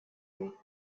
route